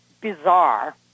bizarre